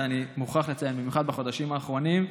ואני מוכרח לציין: במיוחד בחודשים האחרונים,